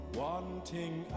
wanting